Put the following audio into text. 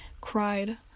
cried